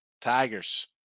Tigers